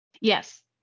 Yes